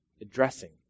addressing